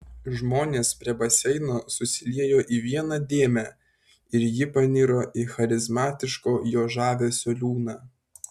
žmonės prie baseino susiliejo į vieną dėmę ir ji paniro į charizmatiško jo žavesio liūną